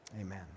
Amen